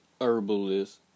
herbalist